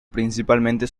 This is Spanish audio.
principalmente